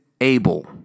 Abel